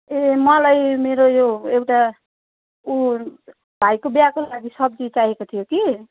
ए मलाई मेरो यो एउटा उयो भाइको बिहाको लागि सब्जी चाहिएको थियो कि